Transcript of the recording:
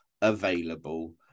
available